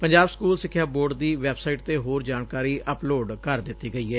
Punjab school ਸਿੱਖਿਆ board ਦੀ website ਤੇ ਹੋਰ ਜਾਣਕਾਰੀ ਅਪਲੋਡ ਕਰ ਦਿੱਤੀ ਗਈ ਏ